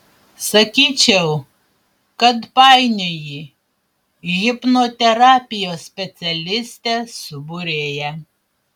sakyčiau kad painioji hipnoterapijos specialistę su būrėja